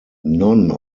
none